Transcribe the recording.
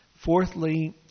Fourthly